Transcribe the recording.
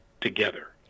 together